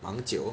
蛮久